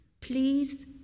please